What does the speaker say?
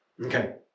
Okay